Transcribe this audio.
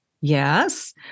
yes